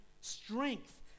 strength